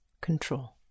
control